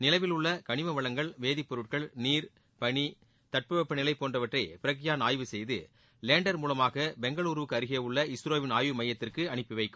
நிலவில் உள்ள கனிம வளங்கள் வேதிப்பொருட்கள் நீர் பனி தட்பவெப்பநிலை போன்றவற்றை பிரக்பான் ஆய்வு செய்து லேண்டர் மூலமாக பெங்களுருவுக்கு அருகே உள்ள இஸ்ரோவிள் ஆய்வு மையத்திற்கு அறுப்பிவைக்கும்